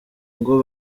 ngo